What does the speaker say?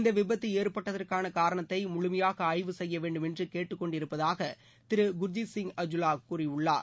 இந்த விபத்து ஏற்பட்டதற்கான காரணத்தை முழுமையாக ஆய்வு செய்ய வேண்டும் என்று கேட்டுக்கொண்டிருப்பதாக திரு குர்ஜீத் சிங் அஜோலா கூறினார்